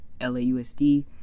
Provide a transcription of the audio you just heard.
LAUSD